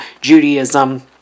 Judaism